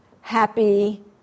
happy